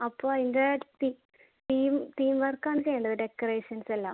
അപ്പോൾ അയിൻ്റെ theme theme theme വർക്കാണ് ചെയ്യേണ്ടത് ഡെക്കറേഷൻസെല്ലാം